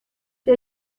der